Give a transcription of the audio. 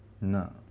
no